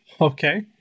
Okay